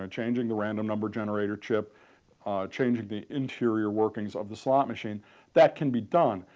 ah changing the random number generator chip changing the interior workings of the slot machine that can be done.